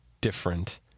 different